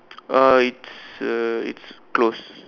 uh it's uh it's close